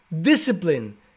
discipline